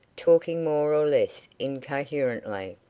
talking more or less incoherently.